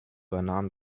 übernahmen